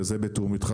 וזה בתיאום אתך,